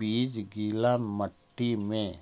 बीज गीला मट्टी में